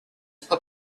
put